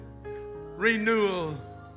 Renewal